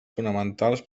fonamentals